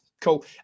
Cool